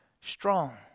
strong